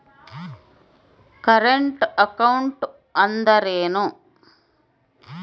Current account ಅಂದರೇನು?